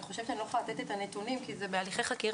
אני חושבת שאני לא יכולה לתת את הנתונים כי זה בהליכי חקירה.